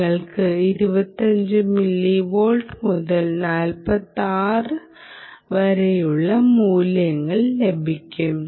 നിങ്ങൾക്ക് 25 milliwatt മുതൽ 46 വരെയുള്ള മൂല്യങ്ങൾ ലഭിക്കും